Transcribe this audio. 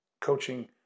Coaching